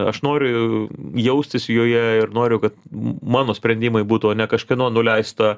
aš noriu jaustis joje ir noriu kad m mano sprendimai būtų o ne kažkieno nuleista